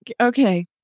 Okay